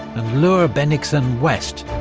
and lure bennigsen west,